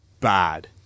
bad